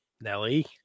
Nelly